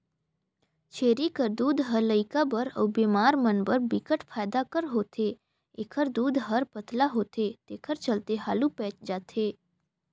छेरी कर दूद ह लइका बर अउ बेमार मन बर बिकट फायदा कर होथे, एखर दूद हर पतला होथे तेखर चलते हालु पयच जाथे